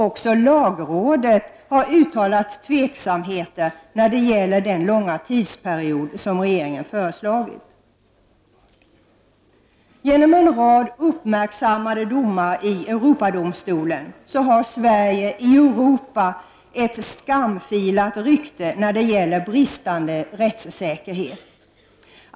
Också lagrådet har uttalat tvivel när det gäller den långa tidsperiod som regeringen har föreslagit. Genom en rad uppmärksammade domar i Europadomstolen har Sverige i Europa ett skamfilat rykte när det gäller bristande rättssäkerhet.